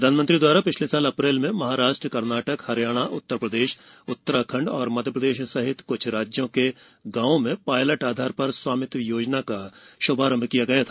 प्रधान मंत्री द्वारा पिछले साल अप्रैल में महाराष्ट्र कर्नाटक हरियाणा उत्तर प्रदेश उत्तराखंड मध्य प्रदेश सहित क्छ राज्यों के गाँवों में पायलट आधार पर स्वामित्व योजना को शुरू किया गया था